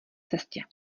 cestě